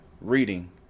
reading